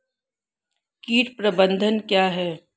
कीट प्रबंधन क्या है?